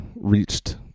reached